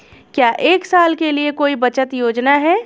क्या एक साल के लिए कोई बचत योजना है?